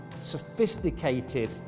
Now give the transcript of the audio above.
sophisticated